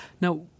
Now